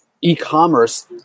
e-commerce